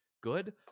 good